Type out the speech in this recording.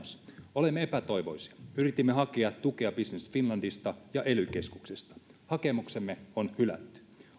olemme epätoivoisia yritimme hakea tukea business finlandista ja ely keskuksesta hakemuksemme on hylätty